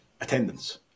attendance